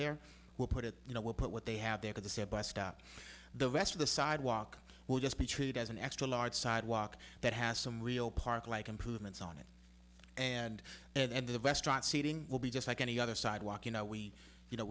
there we'll put it you know we'll put what they have they're going to say bus stop the rest of the sidewalk will just be treated as an extra large sidewalk that has some real park like improvements on it and and the restaurant seating will be just like any other sidewalk you know we you know